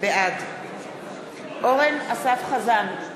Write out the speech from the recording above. בעד אורן אסף חזן,